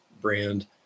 brand